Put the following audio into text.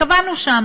קבענו שם